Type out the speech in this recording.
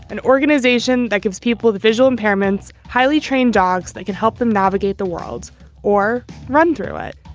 an organization that gives people the visual impairments, highly trained dogs that can help them navigate the world or run through it.